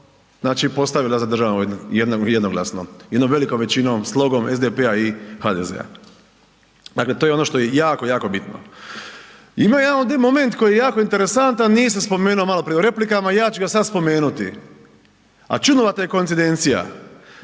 znači postavila za državnog, jednoglasno, jednom velikom većinom, slogom SDP-a i HDZ-a. Dakle, to je ono što je jako, jako bitno. Ima jedan ovdje moment koji je jako interesantan, nisam spomenuo maloprije u replikama, ja ću ga sad spomenuti, a čudnovata je koincidencija.